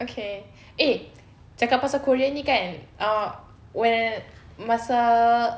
okay eh cakap pasal korean ni kan uh when masa